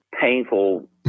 painful